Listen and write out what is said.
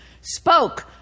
spoke